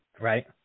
Right